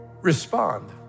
respond